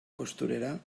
costurera